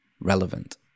relevant